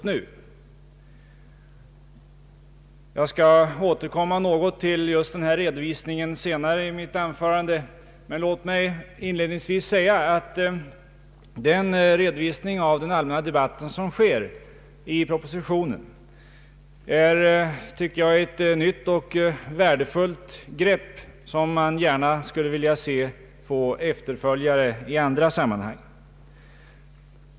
Jag skall återkomma till denna redovisning något senare i mitt anförande. Men låt mig inledningsvis säga att den redovisning av den allmänna debatten som sker i propositionen enligt mitt förmenande är ett nytt och värdefullt grepp som man gärna skulle vilja se kunde få efterföljare också i andra sammanhang.